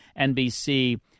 NBC